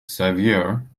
xavier